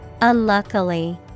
unluckily